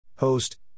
Host